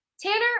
Tanner